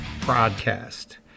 Broadcast